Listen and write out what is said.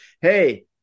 hey